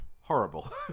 horrible